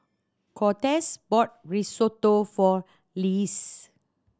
Cortez bought Risotto for Lisle